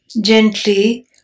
Gently